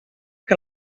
que